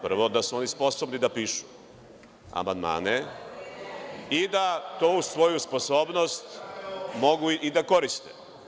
Prvo, da su oni sposobni da pišu amandmane i da tu svoju sposobnost mogu i da koriste.